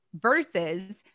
versus